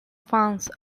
fans